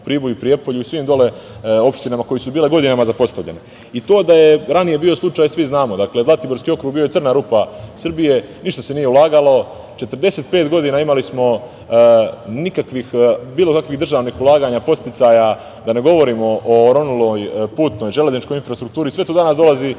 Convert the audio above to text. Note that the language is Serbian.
Prijepolju u svim dole opštinama koje su bile godinama zapostavljene.I to da je ranije bio slučaj svi znamo, dakle Zlatiborski okrug je bio je crna rupa Srbije, ništa se nije ulagalo, 45 godina imali smo nikakvih,, bilo kakvih državnih ulaganja, podsticaja, da ne govorim o oronuloj putnoj, železničkoj infrastrukturi, sve to danas dolazi na